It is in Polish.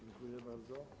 Dziękuję bardzo.